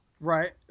Right